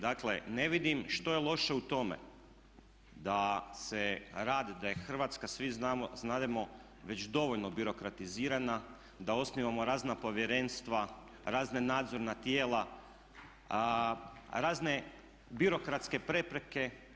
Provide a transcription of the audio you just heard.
Dakle, ne vidim što je loše u tome da je Hrvatska svi znamo već dovoljno birokratizirana, da osnivamo razna povjerenstva razna nadzorna tijela, razne birokratske prepreke.